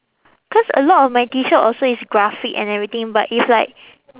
cause a lot of my T shirt also is graphic and everything but if like